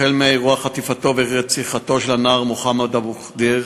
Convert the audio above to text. החל מאירוע חטיפתו ורציחתו של הנער מוחמד אבו ח'דיר,